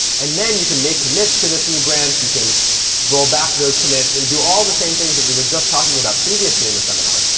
and then you can make commits to this new branch. you can roll back those commits and do all the same things that we were just talking about previously in the seminar.